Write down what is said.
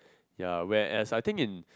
ya whereas I think in